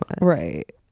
right